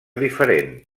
diferent